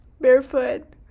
barefoot